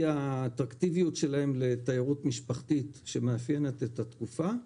האטרקטיביות שלהם לתיירות משפחתית שמאפיינת את התקופה.